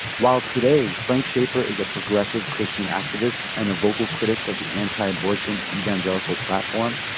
while today frank schaeffer is a progressive christian activist and a vocal critic of the anti-abortion evangelical platform,